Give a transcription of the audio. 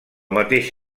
mateix